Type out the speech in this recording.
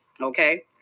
okay